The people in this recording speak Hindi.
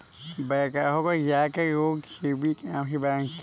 बैकहो को ज्यादातर लोग जे.सी.बी के नाम से भी जानते हैं